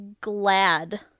glad